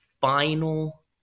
final